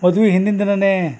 ಮದ್ವಿ ಹಿಂದಿನ ದಿನನೇ